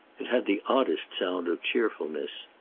it had the oddest sound of cheerfulness.